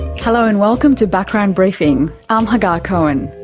hello and welcome to background briefing. i'm hagar cohen.